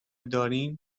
دارین